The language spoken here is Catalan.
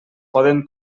poden